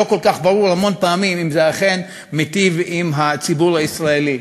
לא כל כך ברור המון פעמים אם זה אכן מיטיב עם הציבור הישראלי.